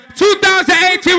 2018